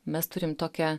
mes turim tokią